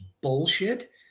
bullshit